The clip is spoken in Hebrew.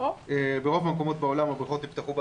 ברוב המקומות בעולם הבריכות נפתחו בהדרגה.